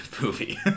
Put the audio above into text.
movie